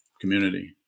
community